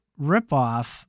ripoff